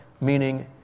meaning